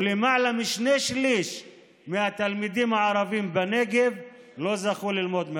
ולמעלה משני שלישים מהתלמידים הערבים בנגב לא זכו ללמוד מרחוק.